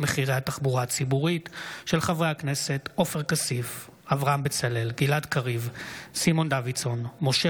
הגנה על זכויות הסטודנט ושכר לימוד בשל שביתות של סגל אקדמי או מקצועי